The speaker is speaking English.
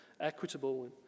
equitable